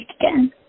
again